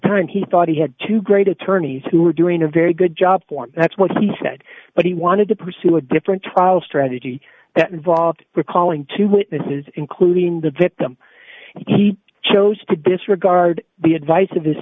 time he thought he had two great attorneys who were doing a very good job for him that's what he said but he wanted to pursue a different trial strategy that involved recalling two witnesses including the victim he chose to disregard the advice of his